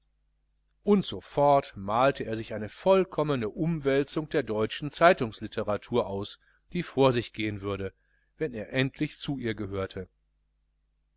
und sofort malte er sich eine vollkommene umwälzung der deutschen zeitungslitteratur aus die vor sich gehen würde wenn er zu ihr gehörte